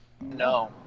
No